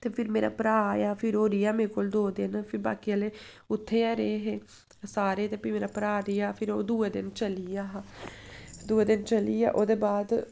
ते फिर मेरा भ्रा आया फिर ओह् रेहा मेरे कोल दो दिन फ्ही बाकी आह्ले उत्थै गै रेह् हे सारे ते भी मेरा भ्रा रेहा ते फिर ओह् दुए दिन चली गेआ हा दुए दिन चली गेआ ओह्दे बाद